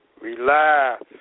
Relax